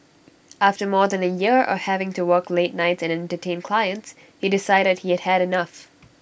after more than A year of having to work late nights and Entertain Clients he decided he had had enough